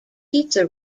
pizza